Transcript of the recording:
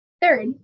Third